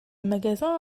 magasin